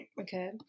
Okay